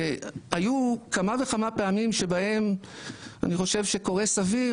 והיו כמה וכמה פעמים שבהם אני חושב שקורא סביר,